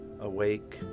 awake